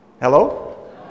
Hello